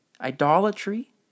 idolatry